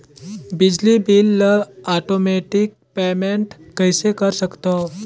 बिजली बिल ल automatic payment कइसे कर सकथव?